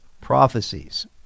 prophecies